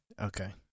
Okay